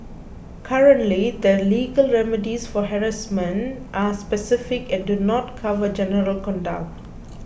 currently the legal remedies for harassment are specific and do not cover general conduct